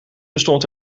bestond